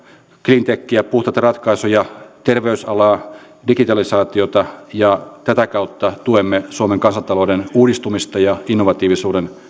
clean techiä puhtaita ratkaisuja terveysalaa digitalisaatiota ja tätä kautta tuemme suomen kansantalouden uudistumista ja innovatiivisuuden